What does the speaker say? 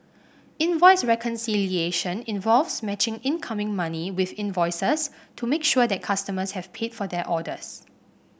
invoice reconciliation involves matching incoming money with invoices to make sure that customers have paid for their orders